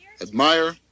admire